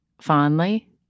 fondly